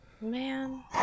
man